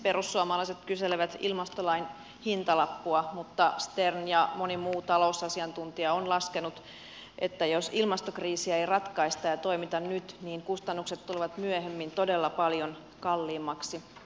perussuomalaiset kyselevät ilmastolain hintalappua mutta stern ja moni muu talousasiantuntija ovat laskeneet että jos ilmastokriisiä ei ratkaista ja toimita nyt niin kustannukset tulevat myöhemmin todella paljon kalliimmiksi